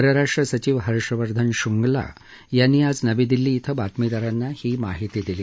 परराष्ट्र सचिव हर्ष वर्धन शंगला यांनी आज नवी दिल्ली इथं बातमीदारांना ही माहिती दिली